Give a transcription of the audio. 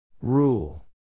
Rule